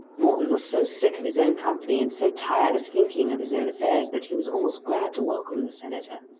morton was so sick of his own company and so tired of thinking of his own affairs that he was almost glad to welcome the senator.